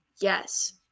Yes